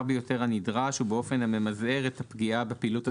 ביותר הנדרש ובאופן הממזער את הפגיעה בפעילות.